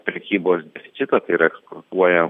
prekybos deficitą tai yra eksportuoja